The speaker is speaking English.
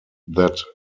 that